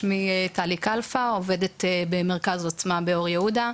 שמי טלי כלפא, עובדת במרכז עוצמה באור יהודה.